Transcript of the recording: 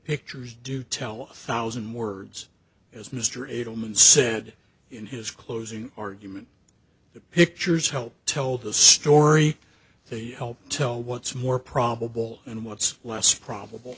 pictures do tell thousand words as mr edelman said in his closing argument the pictures help tell the story they help tell what's more probable and what's less probable